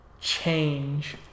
change